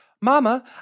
Mama